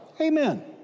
Amen